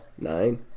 nine